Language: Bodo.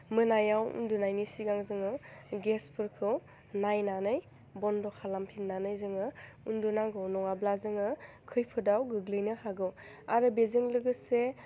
मोनायाव उन्दुनायनि सिगां जोङो गेसफोरखौ नायनानै बन्द' खालामफिननानै जोङो उन्दुनांगौ नङाब्ला जोङो खैफोदाव गोग्लैनो हागौ आरो बेजों लोगोसे